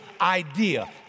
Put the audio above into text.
idea